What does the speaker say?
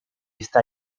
está